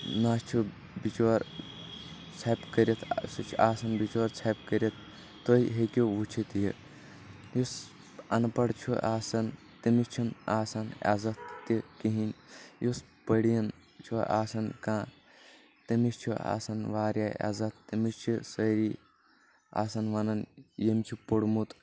نہ چھُ بِچور ژھۄپہِ کٔرِتھ سُہ چھُ آسان بِچور ژھۄپہِ کٔرِتھ تہۍ ہیٚکِو وٕچھِتھ یہِ یُس انپڑ چھُ آسان تٔمِس چھُنہٕ آسان عزت تہِ کہینۍ یُس پٔڑیٖن چھُ آسان کانٛہہ تٔمِس چھُ آسان واریاہ عزت تٔمِس چھِ سٲری آسان ونان یٔمۍ چھُ پوٚرمُت